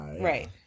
Right